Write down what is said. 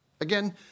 Again